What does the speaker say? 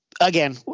again